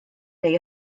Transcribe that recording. neu